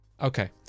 Okay